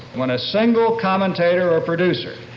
when a single commentator or producer,